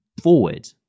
forward